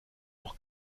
auch